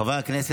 חברי הכנסת,